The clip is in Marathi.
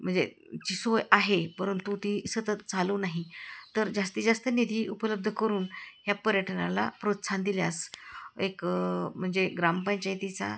म्हणजे जी सोय आहे परंतु ती सतत चालू नाही तर जास्ती जास्त निधी उपलब्ध करून ह्या पर्यटनाला प्रोत्साहन दिल्यास एक म्हणजे ग्रामपंचायतीचा